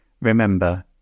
Remember